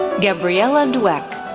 gabriella dweck,